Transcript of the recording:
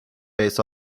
based